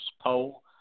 poll